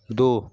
दो